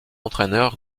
entraîneur